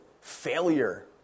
failure